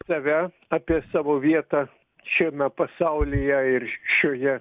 save apie savo vietą šiame pasaulyje ir šioje